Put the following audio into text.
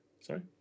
Sorry